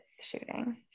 shooting